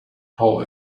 hall